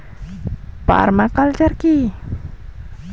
Parma culture কি?